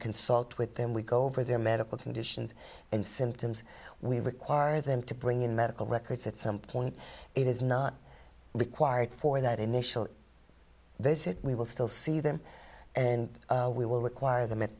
consult with them we go over their medical conditions and symptoms we require them to bring in medical records at some point it is not required for that initial visit we will still see them and we will require them at